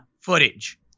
footage